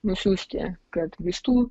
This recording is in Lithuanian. nusiųsti kad vaistų